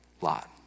Lot